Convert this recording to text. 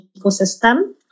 ecosystem